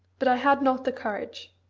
but i had not the courage.